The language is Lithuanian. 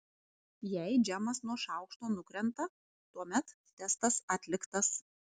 jei džemas nuo šaukšto nukrenta tuomet testas atliktas